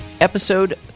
episode